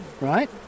Right